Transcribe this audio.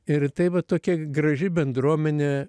ir tai va tokia graži bendruomenė